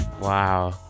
wow